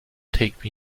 take